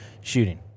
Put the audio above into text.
shooting